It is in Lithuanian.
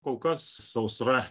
kol kas sausra